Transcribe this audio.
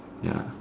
ya